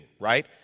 right